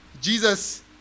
Jesus